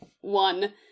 one